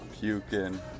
puking